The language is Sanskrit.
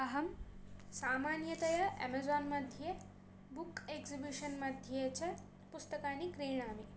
अहं सामान्यतया एमेज़ोन् मध्ये बुक् एक्सिबिशन् मध्ये च पुस्तकानि क्रीणामि